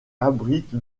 abrite